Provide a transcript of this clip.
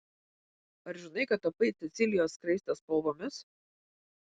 ar žinai kad tapai cecilijos skraistės spalvomis